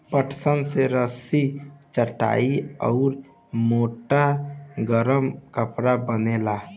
पटसन से रसरी, चटाई आउर मोट गरम कपड़ा बनेला